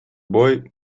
boy